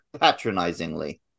patronizingly